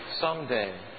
someday